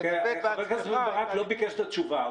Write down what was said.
חבר הכנסת בן ברק לא ביקש את התשובה.